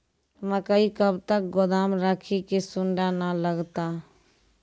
मकई कब तक गोदाम राखि की सूड़ा न लगता?